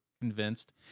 convinced